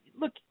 Look